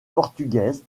portugaise